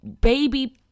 Baby